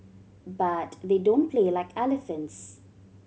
but they don't play like elephants